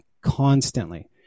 constantly